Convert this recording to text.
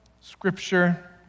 scripture